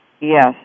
yes